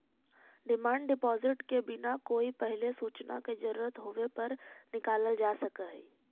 demand deposit के बिना कोई पहिले सूचना के जरूरत होवे पर निकालल जा सकऽ हई